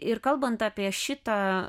ir kalbant apie šitą